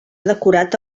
decorat